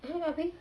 abeh